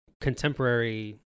contemporary